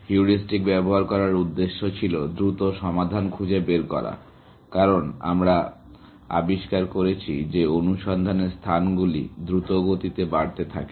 heuristic ব্যবহার করার উদ্দ্যেশ ছিল দ্রুত সমাধান খুঁজে বের করা কারণ আমরা আবিষ্কার করেছি যে অনুসন্ধানের স্থানগুলি দ্রুতগতিতে বাড়তে থাকে